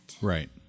Right